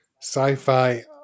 sci-fi